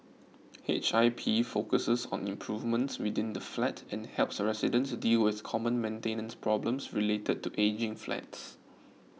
H I P focuses on improvements within the flat and helps residents deal with common maintenance problems related to ageing flats